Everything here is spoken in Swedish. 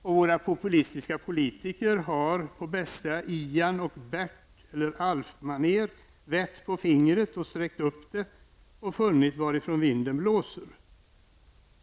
Och våra populistiska politiker har på bästa Ian-, Bert eller Alf-manér vätt på fingret och sträckt upp det och funnit varifrån vinden blåser.